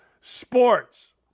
sports